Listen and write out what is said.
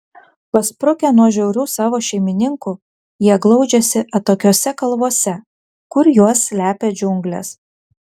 pasprukę nuo žiaurių savo šeimininkų jie glaudžiasi atokiose kalvose kur juos slepia džiunglės